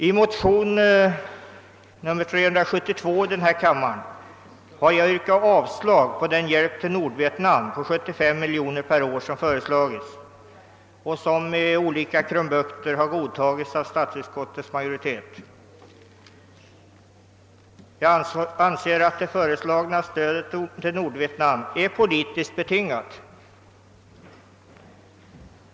I motion II: 372 har jag yrkat avslag på den hjälp till Nordvietnam på 75 miljoner per år som föreslagits och som med olika krumbukter har tillstyrkts av statsutskottets majoritet. Jag anser att det föreslagna stödet till Nordvietnam är politiskt betingat.